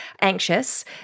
anxious